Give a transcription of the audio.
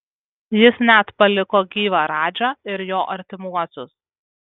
jis net paliko gyvą radžą ir jo artimuosius